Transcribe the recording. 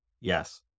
Yes